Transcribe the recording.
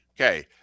Okay